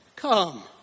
Come